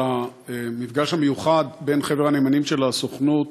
על המפגש המיוחד בין חבר הנאמנים של הסוכנות